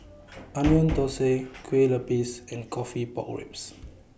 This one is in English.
Onion Thosai Kueh Lapis and Coffee Pork Ribs